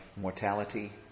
mortality